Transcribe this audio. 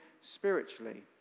spiritually